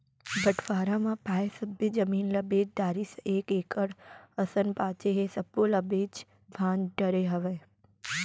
बंटवारा म पाए सब्बे जमीन ल बेच डारिस एक एकड़ असन बांचे हे सब्बो ल बेंच भांज डरे हवय